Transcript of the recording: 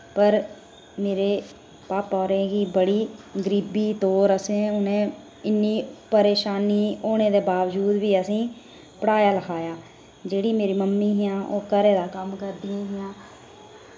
पर मेरे पापा होरें गी बड़ी गरीबी तौर असें उ'नें ई इन्नी परेशानी होने दे बावजूद बी असें ई पढ़ाया लखाया जेह्ड़ी मेरे मम्मी हियां ओह् घरै दा कम्म करदियां हियां